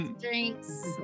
drinks